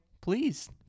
please